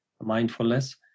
Mindfulness